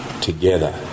together